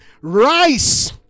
rise